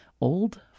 Old